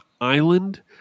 island